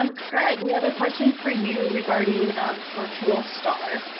um craig, we have a question for you regarding um virtual star.